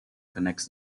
connects